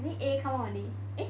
I think A come out already eh